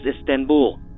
Istanbul